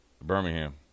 Birmingham